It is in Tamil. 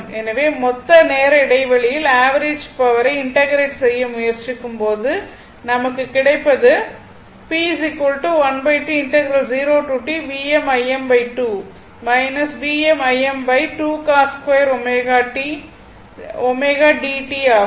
எனவே மொத்த நேர இடைவெளியில் ஆவரேஜ் பவரை இன்டெகிரெட் செய்ய முயற்சிக்கும் போது நமக்கு கிடைப்பதுஆகும்